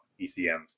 ecms